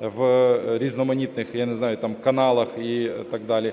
я не знаю, там каналах і так далі.